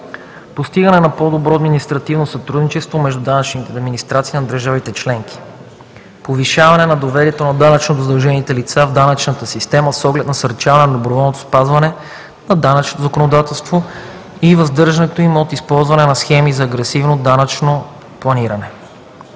Постигане на по-добро административно сътрудничество между данъчните администрации на държавите членки; - Повишаване на доверието на данъчно задължените лица в данъчната система, с оглед насърчаване на доброволното спазване на данъчното законодателство и въздържането им от използване на схеми за агресивно данъчно планиране.